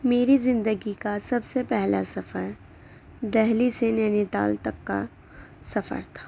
میری زندگی کا سب سے پہلا سفر دہلی سے نینی تال تک کا سفر تھا